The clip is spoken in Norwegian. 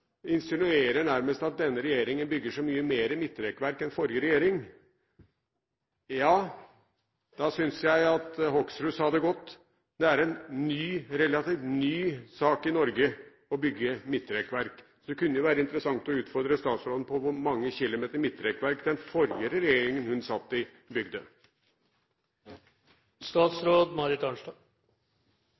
denne regjeringen bygger så mye mer midtrekkverk enn forrige regjering. Jeg synes Hoksrud sa det godt da han var inne på at det er en relativt ny sak i Norge å bygge midtrekkverk. Det kunne være interessant å utfordre statsråden på hvor mange kilometer midtrekkverk den forrige regjeringen hun satt i,